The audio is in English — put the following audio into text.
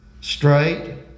Straight